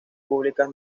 públicas